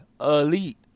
elite